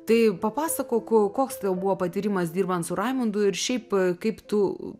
tai papasakok koks tau buvo patyrimas dirbant su raimundu ir šiaip kaip tu